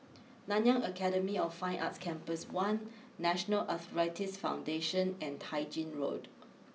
Nanyang Academy of Fine Arts Campus one National Arthritis Foundation and Tai Gin Road